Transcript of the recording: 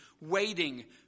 waiting